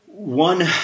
One